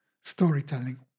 storytelling